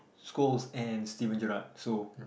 schools and Steven-Gerrard so